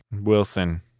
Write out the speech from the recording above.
Wilson